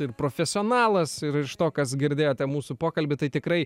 ir profesionalas ir iš to kas girdėjote mūsų pokalbį tai tikrai